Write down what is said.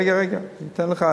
רגע, רגע, ניתן לך.